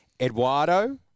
Eduardo